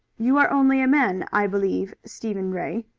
you are only a man, i believe, stephen ray.